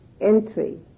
entry